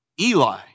Eli